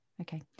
Okay